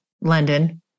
london